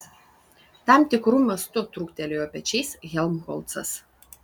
tam tikru mastu truktelėjo pečiais helmholcas